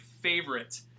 favorite